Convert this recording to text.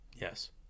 Yes